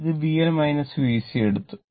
ഇത് VL VC എടുത്തു